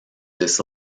this